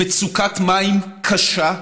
יש מצוקת מים קשה,